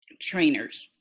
trainers